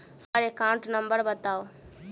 हम्मर account number बताऊ?